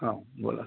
हां बोला स